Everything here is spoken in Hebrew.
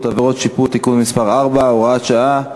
(עבירות ושיפוט) (תיקון מס' 4 והוראת שעה),